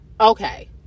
Okay